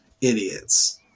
idiots